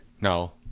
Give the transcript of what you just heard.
No